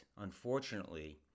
unfortunately